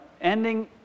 Ending